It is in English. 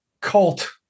cult